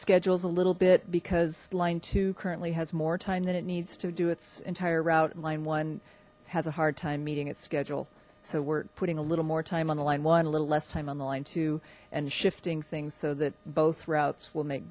schedules a little bit because line two currently has more time than it needs to do its entire route in line one has a hard time meeting its schedule so we're putting a little more time on the line one a little less time on the line two and shifting things so that both routes will make